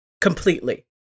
completely